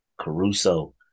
Caruso